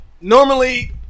normally